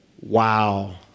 wow